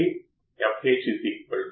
input bias current ఏమిటి